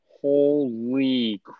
Holy